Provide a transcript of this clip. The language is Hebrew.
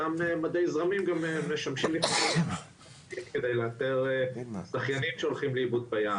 אותם מדי זרמים גם משמשים כדי לאתר שחיינים שהולכים לאיבוד בים,